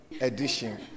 edition